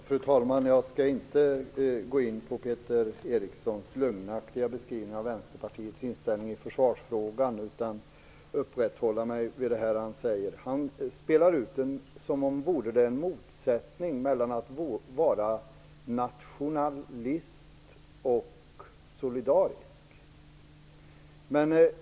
Fru talman! Jag skall inte gå in på Peter Erikssons lögnaktiga beskrivning av Vänsterpartiets inställning i försvarsfrågan, utan hålla mig till den andra frågan han talar om. Han framställer det som att det finns en motsättning mellan nationalism och solidaritet.